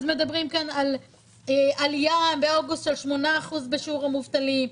אז מדברים כאן על עלייה באוגוסט של 8% בשיעור המובטלים,